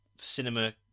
cinema